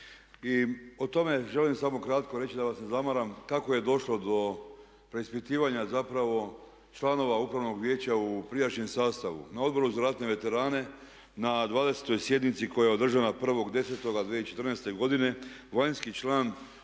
I o tome želim samo kratko reći da vas ne zamaram kako je došlo do preispitivanja zapravo članova upravnog vijeća u prijašnjem sastavu. Na Odboru za ratne veterane na 20. sjednici koja je održana 1.10.2014. godine vanjski član Odbora